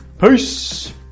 Peace